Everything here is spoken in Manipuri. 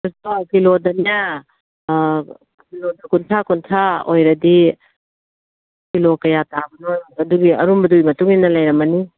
ꯀꯤꯂꯣꯗꯅꯦ ꯀꯤꯂꯣꯗ ꯀꯨꯟꯊ꯭ꯔꯥ ꯀꯨꯟꯊ꯭ꯔꯥ ꯑꯣꯏꯔꯗꯤ ꯀꯤꯂꯣ ꯀꯌꯥ ꯇꯥꯕꯅꯣ ꯑꯗꯨꯒꯤ ꯑꯔꯨꯝꯕꯗꯨꯒꯤ ꯃꯇꯨꯡꯏꯟꯅ ꯂꯩꯔꯝꯃꯅꯤ